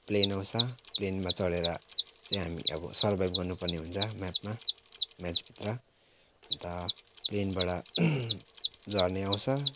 plain आउँछ प्लेनमा चढेर चाहिँ हामी अब सर्भाइभ गर्नु पर्ने हुन्छ म्यापमा म्याच भित्र अन्त प्लेनबाट झर्ने आउँछ